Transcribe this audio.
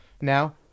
now